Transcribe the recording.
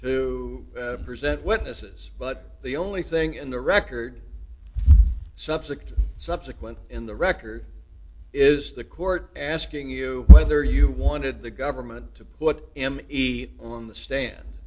to present witnesses but the only thing in the record subject subsequent in the record is the court asking you whether you wanted the government to put him on the stand